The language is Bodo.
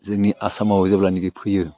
जोंनि आसामाव जेब्लानाखि फैयो